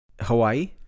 Hawaii